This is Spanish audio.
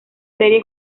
serie